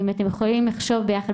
אם אתם יכולים לחשוב ביחד,